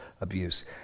abuse